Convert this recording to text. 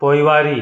पोइवारी